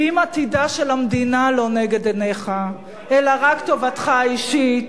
ואם עתידה של המדינה לא נגד עיניך אלא רק טובתך האישית,